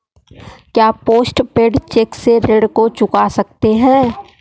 क्या post paid cheque से ऋण को चुका सकते हैं?